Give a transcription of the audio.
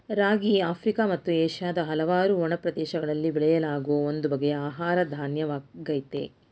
ರಾಗಿ Africa ಮತ್ತು ಏಷ್ಯಾದ ಹಲವಾರು ಒಣ ಪ್ರದೇಶಗಳಲ್ಲಿ ಬೆಳೆಯಲಾಗೋ ಒಂದು ಬಗೆಯ ಆಹಾರ ಧಾನ್ಯವಾಗಯ್ತೆ